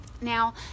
Now